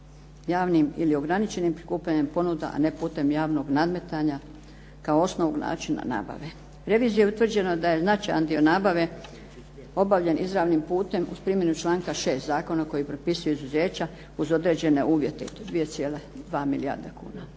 javnim ili ograničenim prikupljanjem ponuda a ne putem javnog nadmetanja kao osnovnog načina nabave. Revizijom je utvrđeno da je značajan dio nabave obavljen izravnim putem uz primjenu članka 6. zakona koji propisuje izuzeća uz određene uvjete i to 2,2 milijarde kuna.